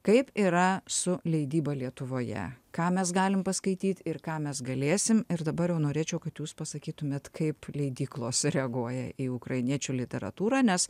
kaip yra su leidyba lietuvoje ką mes galim paskaityt ir ką mes galėsim ir dabar jau norėčiau kad jūs pasakytumėt kaip leidyklos reaguoja į ukrainiečių literatūrą nes